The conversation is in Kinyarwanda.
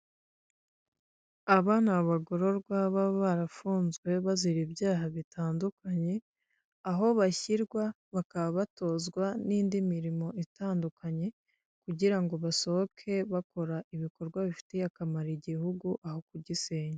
Abagororwa baba barafunzwe bazira ibyaha bitandukanye, aho bashyirwa bakaba batozwa n'indi mirimo itandukanye, kugira ngo basohoke bakora ibikorwa bifitiye akamaro igihugu aho kugisenya.